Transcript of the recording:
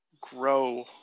grow